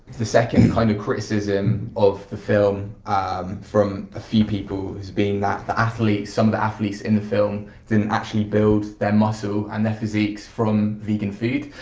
the second kind of criticism of the film from a few people is being that the athletes, some of the athletes in the film didn't actually build their muscle and their physiques from vegan food.